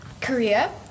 Korea